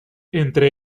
entre